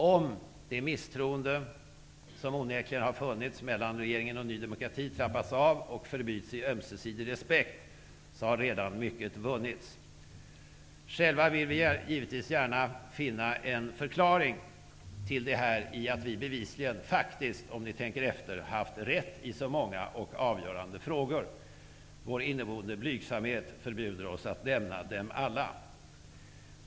Om det misstroende som onekligen har funnits mellan regeringen och Ny demokrati trappas av och förbyts i ömsesidig respekt, har redan mycket vunnits. Själva vill vi givetvis gärna finna en förklaring till varför man inte lyssnat på oss, när vi faktiskt bevisligen, om ni tänker efter, haft rätt i många och avgörande frågor. Vår inneboende blygsamhet förbjuder oss att nämna dem alla.